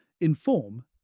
inform